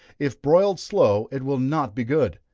if broiled slow, it will not be good.